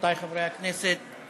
רבותי חברי הכנסת,